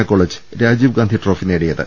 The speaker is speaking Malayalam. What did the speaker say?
എ കോളേജ് രാജീവ്ഗാന്ധി ട്രോഫി നേടിയത്